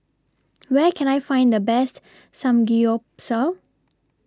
Where Can I Find The Best Samgyeopsal